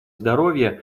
здоровья